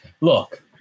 look